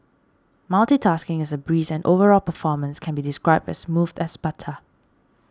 multitasking is a breeze and overall performance can be described as smooth as butter